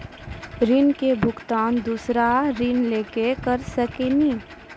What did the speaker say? ऋण के भुगतान दूसरा ऋण लेके करऽ सकनी?